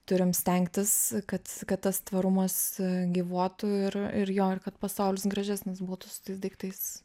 turim stengtis kad kad tas tvarumas gyvuotų ir ir jo kad pasaulis gražesnis būtų su tais daiktais